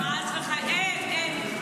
חס וחלילה, אין, אין.